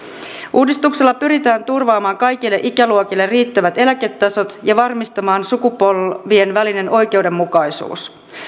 uudistuksella pyritään turvaamaan kaikille ikäluokille riittävät eläketasot ja varmistamaan sukupolvien välinen oikeudenmukaisuus